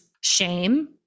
shame